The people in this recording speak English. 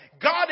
God